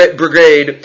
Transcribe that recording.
brigade